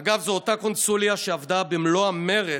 אגב, זו אותה קונסוליה שעבדה במלוא המרץ,